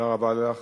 תודה רבה לך,